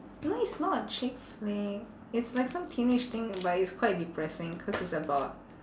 no it's not a chick flick it's like some teenage thing but it's quite depressing cause it's about